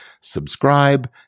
subscribe